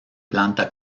planta